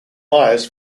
myers